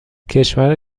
کشور